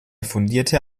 fundierte